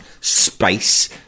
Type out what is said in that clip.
space